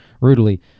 rudely